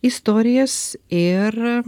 istorijas ir